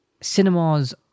cinemas